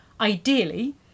Ideally